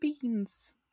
beans